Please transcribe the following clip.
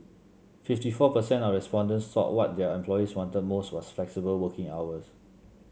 fifty four percent of respondents thought what their employees wanted most was flexible working hours